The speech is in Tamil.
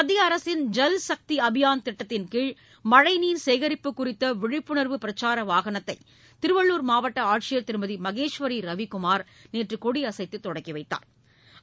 மத்திய அரசின் ஜல்சக்தி அபியான் திட்டத்தின் கீழ் மழை நீர் சேகரிப்பு குறித்த விழிப்புணர்வு பிரச்சார வாகனத்தை திருவள்ளூர் மாவட்ட ஆட்சியா் திருமதி மகேஷ்வரி ரவிக்குமா் நேற்று கொடியசைத்து தொடங்கி வைத்தாா்